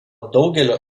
daugelio